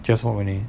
just walk only